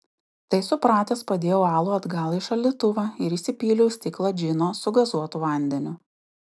tai supratęs padėjau alų atgal į šaldytuvą ir įsipyliau stiklą džino su gazuotu vandeniu